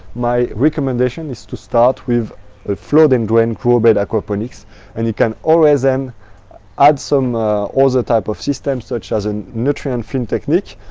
my recommendation is to start with a flood and drain grow bed aquaponics and you can always then add some other ah types of systems such as a nutrient film technique,